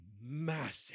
Massive